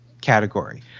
category